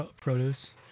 produce